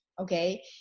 Okay